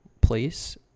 Place